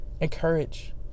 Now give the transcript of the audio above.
encourage